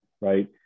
right